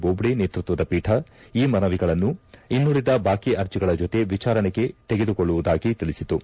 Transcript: ಬೋಜ್ಜೆ ನೇತೃತ್ವದ ಪೀಠ ಈ ಮನವಿಗಳನ್ನು ಇನ್ನುಳಿದ ಬಾಕಿ ಅರ್ಜಿಗಳ ಜೊತೆ ವಿಚಾರಣೆಗೆ ತೆಗೆದುಕೊಳ್ಳುವುದಾಗಿ ತಿಳಿಸಿತು